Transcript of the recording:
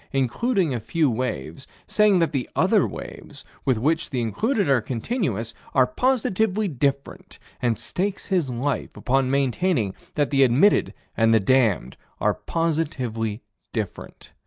including a few waves, saying that the other waves, with which the included are continuous, are positively different, and stakes his life upon maintaining that the admitted and the damned are positively different.